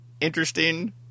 interesting